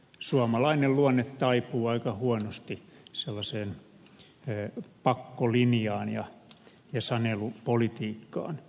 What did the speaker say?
suomalainen luonne taipuu aika huonosti sellaiseen pakkolinjaan ja sanelupolitiikkaan